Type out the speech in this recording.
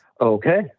Okay